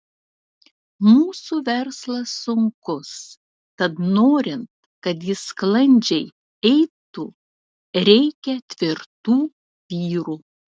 mūsų verslas sunkus tad norint kad jis sklandžiai eitų reikia tvirtų vyrų